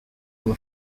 will